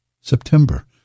September